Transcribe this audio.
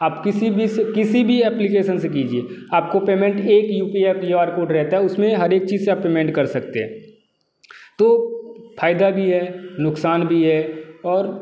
आप किसी भी से किसी भी अप्लीकेशन से कीजिए आप को पेमेंट एक U P I Q R code रहता है उसमें हर एक चीज़ से आप पेमेंट कर सकते हैं तो फ़ायदा भी है नुक़सान भी है और